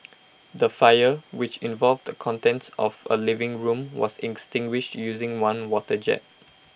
the fire which involved the contents of A living room was extinguished using one water jet